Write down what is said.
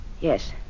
Yes